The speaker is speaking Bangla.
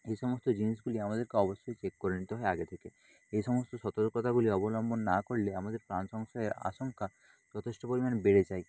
এই সমস্ত জিনিসগুলি আমাদেরকে অবশ্যই চেক করে নিতে হয় আগে থেকে এই সমস্ত সতর্কতাগুলি অবলম্বন না করলে আমাদের প্রাণ সংশয়ের আশঙ্কা যথেষ্ট পরিমাণে বেড়ে যায়